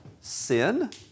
sin